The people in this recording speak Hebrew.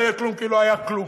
לא היה כלום כי לא היה כלום,